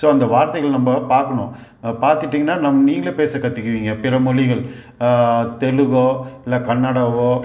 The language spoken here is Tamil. ஸோ அந்த வார்த்தைகள் நம்ம பாக்கணும் பார்த்துட்டீங்கனா நாம் நீங்களே பேச கற்றுக்குவீங்க பிற மொழிகள் தெலுங்கோ இல்லை கன்னடாவோ